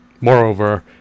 Moreover